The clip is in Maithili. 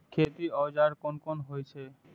खेती औजार कोन कोन होई छै?